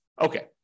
Okay